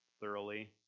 thoroughly